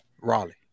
Raleigh